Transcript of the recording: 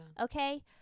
okay